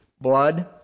blood